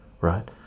right